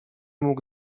mógł